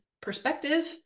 perspective